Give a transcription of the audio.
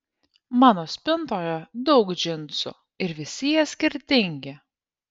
mano spintoje daug džinsų ir visi jie skirtingi